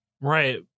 right